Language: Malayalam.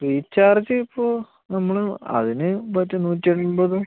റീചാർജ് ഇപ്പോൾ നമ്മൾ അതിന് മറ്റേ നൂറ്റി എൺപതും